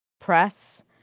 press